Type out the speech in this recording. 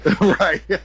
Right